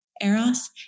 Eros